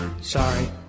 Sorry